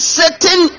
certain